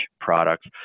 products